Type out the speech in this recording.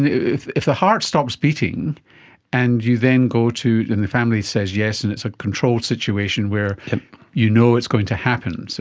if if the heart stops beating and you then go to, and the family says yes and it's a controlled situation where you know it's going to happen, so